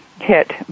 hit